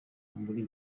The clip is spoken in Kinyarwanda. muri